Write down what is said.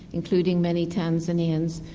including many tanzanians,